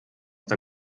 der